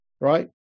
right